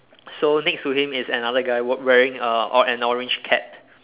so next to him is another guy wearing a an orange cap